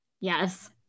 yes